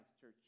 church